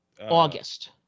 August